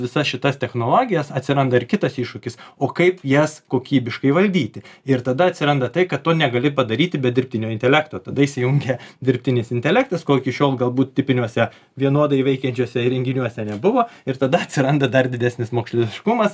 visas šitas technologijas atsiranda ir kitas iššūkis o kaip jas kokybiškai valdyti ir tada atsiranda tai kad to negali padaryti be dirbtinio intelekto tada įsijungia dirbtinis intelektas ko iki šiol galbūt tipiniuose vienodai veikiančiuose įrenginiuose nebuvo ir tada atsiranda dar didesnis moksliškumas